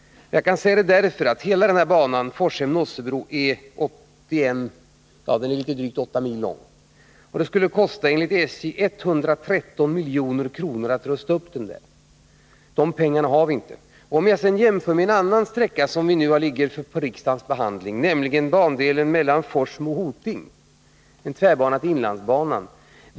Att rusta upp banan mellan Forshem och Nossebro, som är litet drygt 8 mil lång, skulle nämligen enligt SJ kosta 113 milj.kr. De pengarna har vi inte. Låt mig jämföra med en annan sträcka som behandlas i ett ärende som nu ligger på riksdagens bord, nämligen bandelen mellan Forsmo och Hoting, som är en tvärbana till inlandsbanan.